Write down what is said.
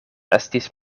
estis